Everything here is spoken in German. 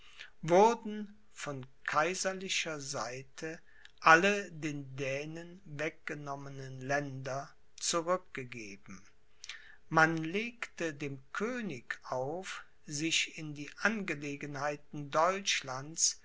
wurden von kaiserlicher seite alle den dänen weggenommenen länder zurückgegeben man legte dem könig auf sich in die angelegenheiten deutschlands